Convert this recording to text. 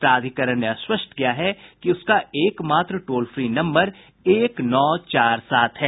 प्राधिकरण ने स्पष्ट किया है कि उसका एक मात्र टोल फ्री नम्बर एक नौ चार सात है